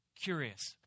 Curious